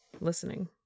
listening